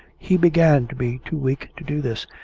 he began to be too weak to do this,